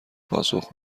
پاسخ